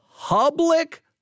Public